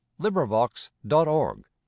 LibriVox.org